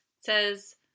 says